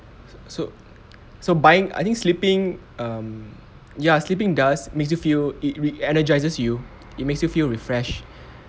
so so buying I think sleeping um ya sleeping does makes you feel it re energizes you it makes you feel refreshed